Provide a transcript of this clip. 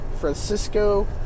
Francisco